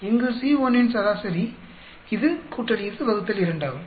இங்கு C1 இன் சராசரி இது கூட்டல் இது வகுத்தல் 2 ஆகும்